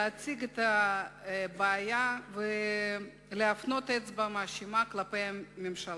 להציג בעיה ולהפנות אצבע מאשימה כלפי הממשלה.